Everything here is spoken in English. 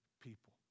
people